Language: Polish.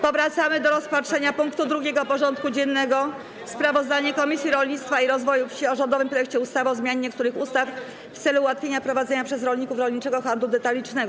Powracamy do rozpatrzenia punktu 2. porządku dziennego: Sprawozdanie Komisji Rolnictwa i Rozwoju Wsi o rządowym projekcie ustawy o zmianie niektórych ustaw w celu ułatwienia prowadzenia przez rolników rolniczego handlu detalicznego.